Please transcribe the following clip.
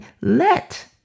let